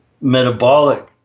metabolic